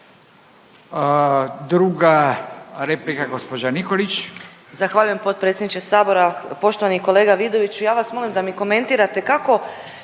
Druga replika gđa. Nikolić.